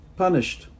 punished